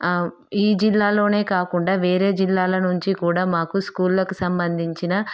ఈ జిల్లాలోనే కాకుండా వేరే జిల్లాల నుంచి కూడా మాకు స్కూళ్ళకు సంబంధించిన